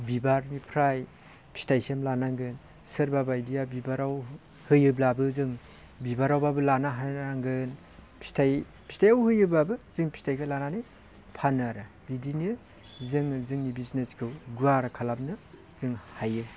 बिबारनिफ्राय फिथाइसिम लानांगोन सोरबा बायदिया बिबाराव होयोब्लाबो जों बिबारावब्लाबो लानो हानांगोन फिथाइ फिथायाव होयोब्लाबो जों फिथाइखो लानानै फानो आरो बिदिनो जोङो जोंनि बिजनेसखौ गुवार खालामनो जों हायो